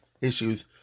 issues